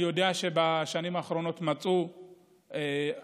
אני יודע שבשנים האחרונות מצאו אנשים